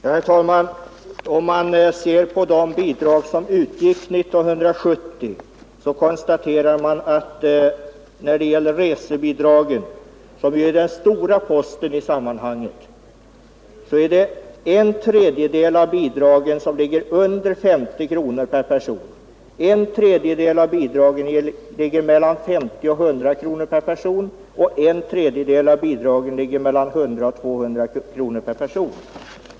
Herr talman! Om man ser på de bidrag som utgick 1970 så konstaterar man när det gäller resebidragen, som ju är den stora posten i sammanhanget, att en tredjedel av bidragen ligger under 50 kronor per person, en tredjedel mellan 50 och 100 kronor per person och en tredjedel mellan 100 och 200 kronor per person.